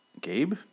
Gabe